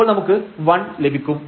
അപ്പോൾ നമുക്ക് 1 ലഭിക്കും